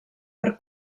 per